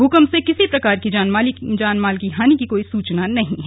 भूकंप से किसी भी प्रकार की जान माल की हानि की कोई सूचना नहीं है